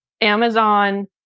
Amazon